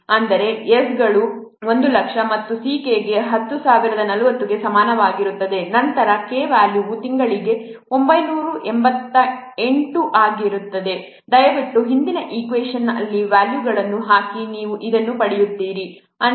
ಅಂದರೆ S ಗಳು 100000 ಮತ್ತು C k 10040 ಗೆ ಸಮಾನವಾಗಿರುತ್ತದೆ ನಂತರ K ವ್ಯಾಲ್ಯೂವು ತಿಂಗಳಿಗೆ 988 ಆಗಿರುತ್ತದೆ ದಯವಿಟ್ಟು ಹಿಂದಿನ ಈಕ್ವೇಷನ್ ಅಲ್ಲಿ ವ್ಯಾಲ್ಯೂಗಳನ್ನು ಹಾಕಿ ನೀವು ಇದನ್ನು ಪಡೆಯುತ್ತೀರಿ